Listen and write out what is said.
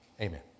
amen